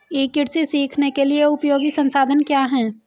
ई कृषि सीखने के लिए उपयोगी संसाधन क्या हैं?